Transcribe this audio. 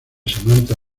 samantha